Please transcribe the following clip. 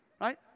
right